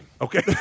okay